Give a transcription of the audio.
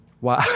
Wow